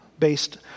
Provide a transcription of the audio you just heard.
based